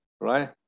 right